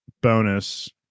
bonus